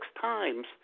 times